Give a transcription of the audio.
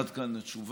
עד כאן התשובה,